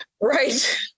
Right